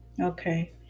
Okay